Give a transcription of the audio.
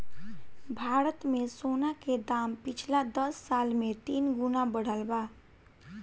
भारत मे सोना के दाम पिछला दस साल मे तीन गुना बढ़ल बा